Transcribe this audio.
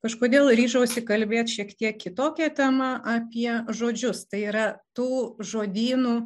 kažkodėl ryžausi kalbėti šiek tiek kitokia tema apie žodžius tai yra tų žodynų